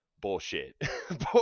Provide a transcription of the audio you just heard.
bullshit